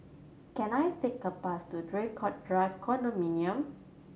can I take a bus to Draycott Drive Condominium